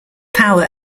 power